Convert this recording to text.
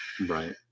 Right